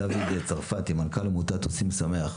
דוד צרפתי, מנכ"ל עמותת עושים שמח.